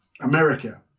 America